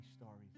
stories